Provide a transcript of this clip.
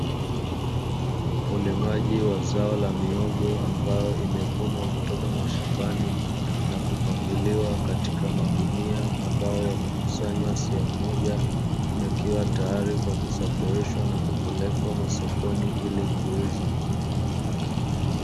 Ulimaji wa zao la mihogo ambayo imevunwa kutoka mashambani na kupangiliwa katika magunia ambayo yamekusanywa sehemu moja, yakiwa tayari kwa ajili ya kusafirishwa na kupelekwa masokoni ili kuuzwa.